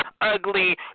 ugly